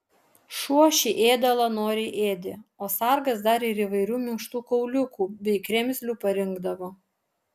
šuo šį ėdalą noriai ėdė o sargas dar ir įvairių minkštų kauliukų bei kremzlių parinkdavo